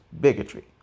bigotry